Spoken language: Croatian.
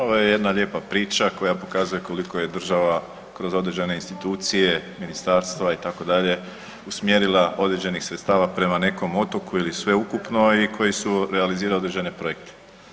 Ovo je jedna lijepa priča koja pokazuje koliko je država kroz određene institucije, ministarstva itd., usmjerila određenih sredstava prema nekom otoku ili sveukupno i koji su realizirali određene projekte.